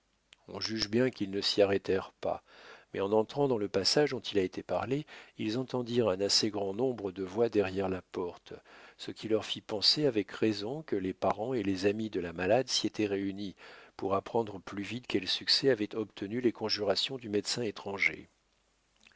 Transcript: on juge bien qu'ils ne s'y arrêtèrent pas mais en entrant dans le passage dont il a été parlé ils entendirent un assez grand nombre de voix derrière la porte ce qui leur fit penser avec raison que les parents et les amis de la malade s'y étaient réunis pour apprendre plus vite quel succès avaient obtenu les conjurations du médecin étranger